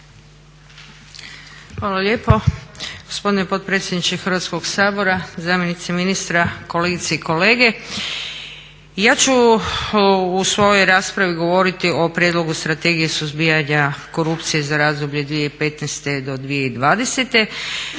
Hvala lijepo. Gospodine potpredsjedniče Hrvatskog sabora, zamjenice ministra, kolegice i kolege. Ja ću u svojoj raspravi govoriti o Prijedlogu strategije suzbijanja korupcije za razdoblje 2015. do 2020.